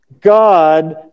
God